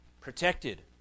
protected